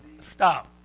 stop